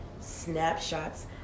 snapshots